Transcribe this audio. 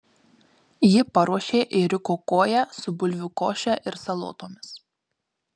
ji paruošė ėriuko koją su bulvių koše ir salotomis